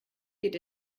geht